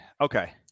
Okay